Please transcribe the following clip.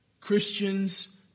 Christians